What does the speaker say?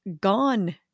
gone